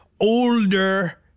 older